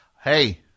Hey